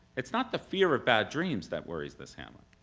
it's not the fear of bad dreams that worries this hamlet,